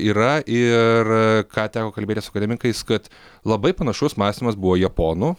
yra ir ką teko kalbėti su akademikais kad labai panašus mąstymas buvo japonų